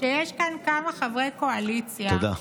שיש כאן כמה חברי קואליציה, תודה.